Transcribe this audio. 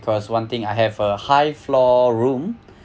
because one thing I have a high floor room